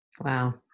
wow